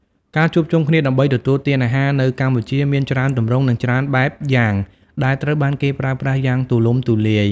ការជួបជុំគ្នាដើម្បីទទួលទានអាហារនៅកម្ពុជាមានច្រើនទម្រង់និងច្រើនបែបយ៉ាងដែលត្រូវបានគេប្រើប្រាស់យ៉ាងទូលំទូលាយ។